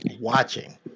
watching